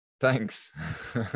Thanks